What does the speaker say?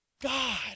God